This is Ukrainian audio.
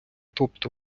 тобто